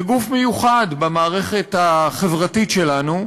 זה גוף מיוחד במערכת החברתית שלנו,